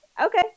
Okay